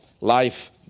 life